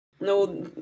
No